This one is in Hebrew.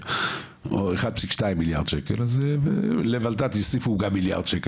או 1.2 מיליארד שקל אז לות"ת יוסיפו גם 1 מיליארד שקל,